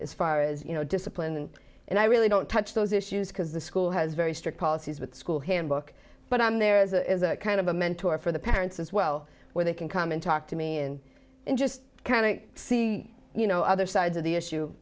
as far as you know discipline and i really don't touch those issues because the school has very strict policies with school handbook but i'm there as a kind of a mentor for the parents as well where they can come and talk to me and just kind of see you know other sides of the issue